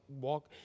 walk